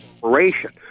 corporation